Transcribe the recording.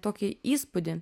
tokį įspūdį